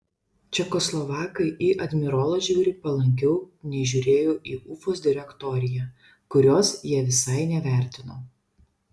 čekoslovakai į admirolą žiūri palankiau nei žiūrėjo į ufos direktoriją kurios jie visai nevertino